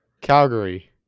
Calgary